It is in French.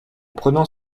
prenant